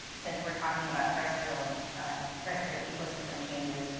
since we are talking about terrestrial ah ah terrestrial ecosystem changes,